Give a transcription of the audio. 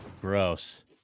Gross